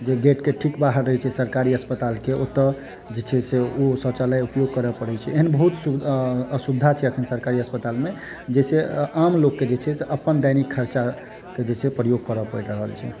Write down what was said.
जे गेट केँ ठीक बाहर रहै छै सरकारी अस्पतालकेँ ओतय जे छै से ओ शौचालय उपयोग करऽ पड़ै छै एहेन बहुत असुविधा छै अखन सरकारी अस्पतालमे जाहिसॅं आम लोककेँ जे छै से अपन दैनिक खर्चाकेँ जे छै प्रयोग करऽ पड़ि रहल छै